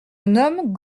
nomme